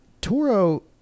Toro